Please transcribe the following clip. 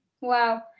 Wow